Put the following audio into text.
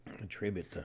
attribute